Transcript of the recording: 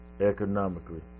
Economically